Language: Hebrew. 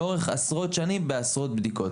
לאורך עשרות שנים בעשרות בדיקות.